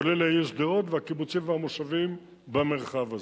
כולל העיר שדרות והקיבוצים והמושבים במרחב הזה.